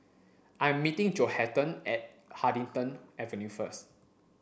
I' meeting Johathan at Huddington Avenue first